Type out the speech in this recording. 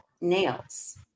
nails